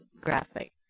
graphic